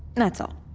and that's all.